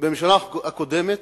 בממשלה הקודמת